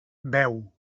beu